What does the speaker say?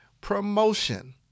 promotion